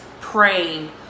praying